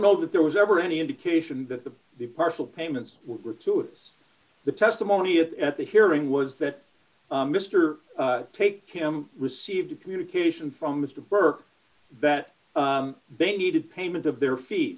know that there was ever any indication that the the partial payments were to the testimony it at the hearing was that mr take kim received a communication from mr burke that they needed payment of their feet